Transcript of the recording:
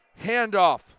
handoff